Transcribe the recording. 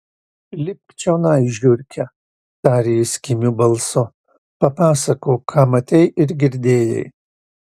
lipk čionai žiurke tarė jis kimiu balsu papasakok ką matei ir girdėjai